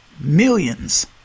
Millions